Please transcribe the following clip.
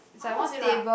I was it lah